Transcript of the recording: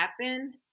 happen